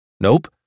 Nope